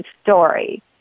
story